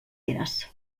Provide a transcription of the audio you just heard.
eres